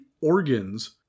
organs